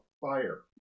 fire